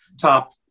top